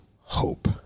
hope